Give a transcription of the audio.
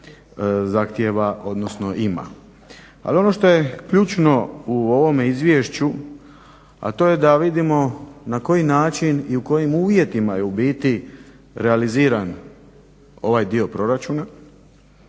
zahtijeva odnosno ima. Ali ono što je ključno u ovome izvješću, a to je da vidimo na koji način i u kojim uvjetima je u biti realiziran ovaj dio proračuna,